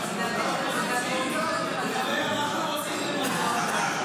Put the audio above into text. אנחנו רוצים במדע.